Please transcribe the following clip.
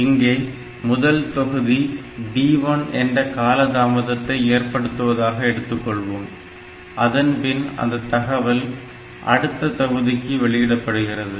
இங்கே முதல் தொகுதி D1 என்ற காலதாமதத்தை ஏற்படுத்துவதாக எடுத்துக்கொள்வோம் அதன்பின் அந்த தகவல் அடுத்த தொகுதிக்கு வெளியிடப்படுகிறது